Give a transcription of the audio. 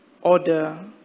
order